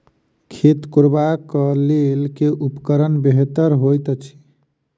खेत कोरबाक लेल केँ उपकरण बेहतर होइत अछि?